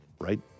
right